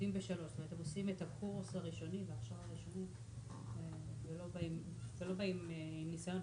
הם עושים את הקורס הראשוני --- ולא באים עם ניסיון,